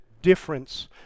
difference